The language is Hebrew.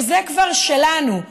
שזה כבר שלנו,